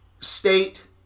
state